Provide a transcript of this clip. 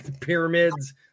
pyramids